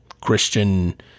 Christian